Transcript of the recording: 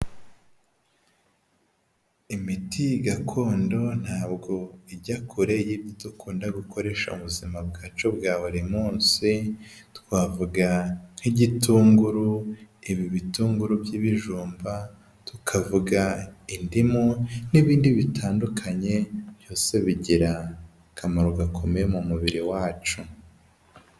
Imiti gakondo ntabwo ijya kure y'ibyo dukunda gukoresha mu buzima bwacu bwa buri munsi twavuga nk'igitunguru, ibi bitunguru by'ibijumba, tukavuga indimu n'ibindi bitandukanye byose bigira akamaro gakomeye mu mubiri wacu.